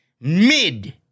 mid